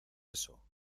eso